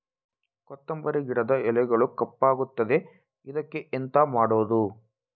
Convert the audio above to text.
ಕೊತ್ತಂಬರಿ ಗಿಡದ ಎಲೆಗಳು ಕಪ್ಪಗುತ್ತದೆ, ಇದಕ್ಕೆ ಎಂತ ಮಾಡೋದು?